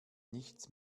nichts